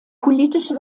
politische